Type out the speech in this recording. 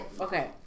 Okay